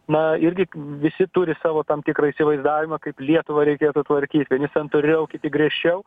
na irgi visi turi savo tam tikrą įsivaizdavimą kaip lietuvą reikėtų tvarkyt santūriau kiti griežčiau